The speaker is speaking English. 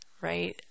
right